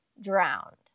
drowned